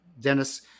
Dennis